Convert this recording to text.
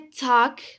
Talk